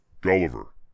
Gulliver